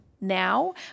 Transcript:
now